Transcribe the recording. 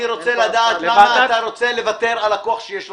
אני רוצה לדעת למה אתה רוצה לוותר על הכוח שיש לך.